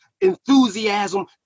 enthusiasm